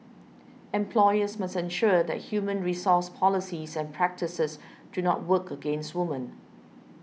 employers must ensure that human resource policies and practices do not work against women